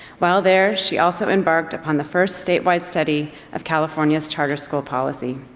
while there, she also embarked upon the first statewide study of california's charter school policy.